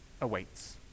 awaits